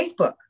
Facebook